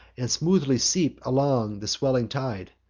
and smoothly sweep along the swelling tide.